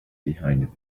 behind